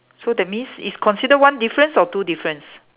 so that means is consider one difference or two difference